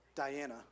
Diana